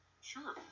Sure